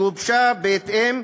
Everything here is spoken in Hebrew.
גובשה בהתאם,